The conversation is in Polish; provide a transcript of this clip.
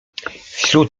wśród